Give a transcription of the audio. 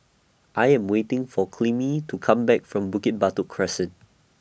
I Am waiting For Clemie to Come Back from Bukit Batok Crescent